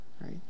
right